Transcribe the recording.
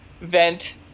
vent